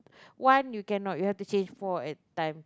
one you cannot you have to change four at a time